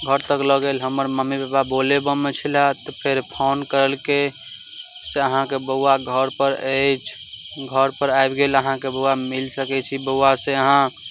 घर तक लऽ गेल हमर मम्मी पापा बोलेबमे छलै कहलकै से अहाँके बौआ घर पर अछि घर पर आबि गेल अहाँके बौआ मिल सकैत छी बौआ से अहाँ